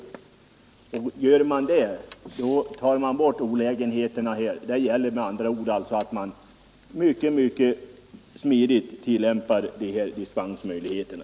Med ett sådant system försvinner de största olägenheterna. Det gäller med andra ord att mycket smidigt tillämpa dispensmöjligheterna.